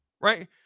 Right